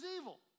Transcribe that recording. evil